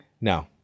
No